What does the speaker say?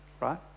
right